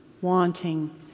wanting